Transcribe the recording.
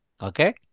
okay